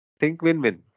think-win-win